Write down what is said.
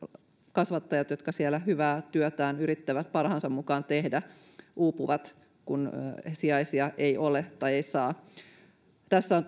kasvattajat jotka siellä hyvää työtään yrittävät parhaansa mukaan tehdä uupuvat kun sijaisia ei ole tai ei saa tässä on